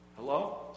Hello